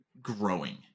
growing